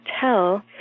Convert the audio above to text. tell